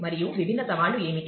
మరియు విభిన్న సవాళ్లు ఏమిటి